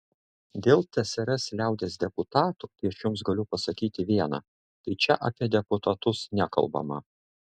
dėl tsrs liaudies deputatų tai aš jums galiu pasakyti viena tai čia apie deputatus nekalbama